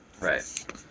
right